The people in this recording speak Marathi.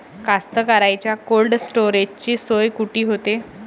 कास्तकाराइच्या कोल्ड स्टोरेजची सोय कुटी होते?